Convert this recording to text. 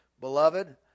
Beloved